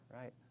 Right